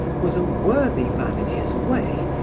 was a worthy man in his way,